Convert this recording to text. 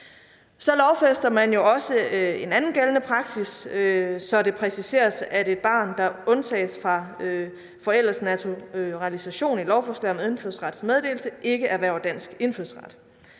Så lovfæster man også en anden gældende praksis, så det præciseres, at et barn, der undtages fra forældres naturalisation i et lovforslag om indfødsrets meddelelse, ikke erhverver dansk indfødsret.